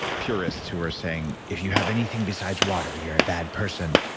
purists who are saying, if you have anything besides water, you're a bad person.